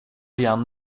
igen